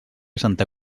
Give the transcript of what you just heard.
santa